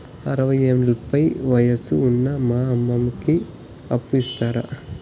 అరవయ్యేండ్ల పైన వయసు ఉన్న మా మామకి అప్పు ఇస్తారా